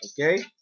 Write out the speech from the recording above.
okay